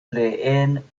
reen